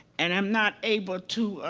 and i'm not able to,